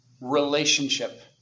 Relationship